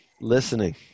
Listening